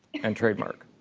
and trademark.